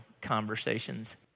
conversations